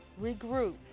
Regroup